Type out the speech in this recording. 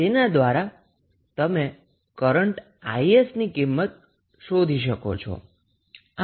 તેના દ્વારા તમે કરન્ટ 𝐼𝑠 ની કિંમત શોધી શકો છો